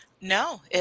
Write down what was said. No